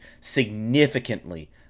significantly